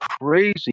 crazy